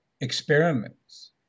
experiments